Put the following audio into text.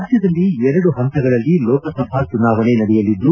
ರಾಜ್ಯದಲ್ಲಿ ಎರಡು ಪಂತಗಳಲ್ಲಿ ಲೋಕಸಭಾ ಚುನಾವಣೆ ನಡೆಯಲಿದ್ದು